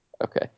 Okay